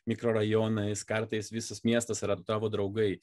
mikrorajonais kartais visas miestas yra tavo draugai